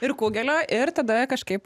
ir kugelio ir tada kažkaip